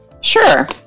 Sure